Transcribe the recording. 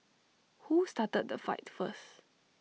who started the fight first